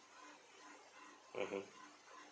mmhmm